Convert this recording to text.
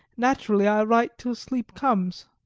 naturally i write till sleep comes.